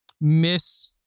miss